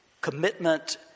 commitment